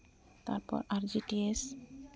ᱛᱟᱨᱯᱚᱨ ᱟᱨᱡᱮᱠᱮᱥ